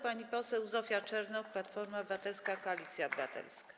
Pani poseł Zofia Czernow, Platforma Obywatelska - Koalicja Obywatelska.